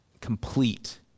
complete